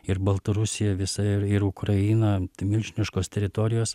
ir baltarusija visa er ir ukraina milžiniškos teritorijos